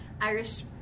Irish